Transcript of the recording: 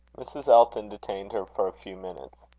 mrs. elton detained her for a few minutes.